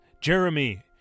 Jeremy